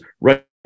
right